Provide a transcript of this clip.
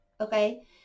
Okay